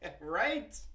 Right